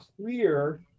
clear